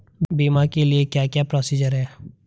बीमा के लिए क्या क्या प्रोसीजर है?